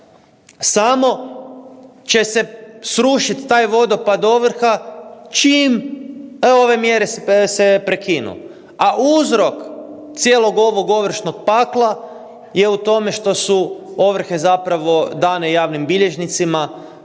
samo će se srušiti taj vodopad ovrha, čim ove mjere se prekinu, a uzrok cijelog ovog ovršnog pakla je u tome što su ovrhe zapravo dane javnim bilježnicima,